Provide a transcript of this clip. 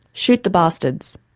shoot the bastards!